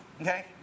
Okay